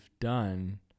done